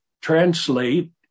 translate